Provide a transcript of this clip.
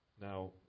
Now